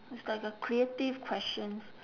it's like a creative questions